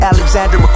Alexander